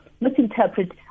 misinterpret